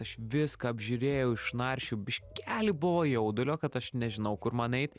aš viską apžiūrėjau išnarsčiau biškelį buvo jaudulio kad aš nežinau kur man eit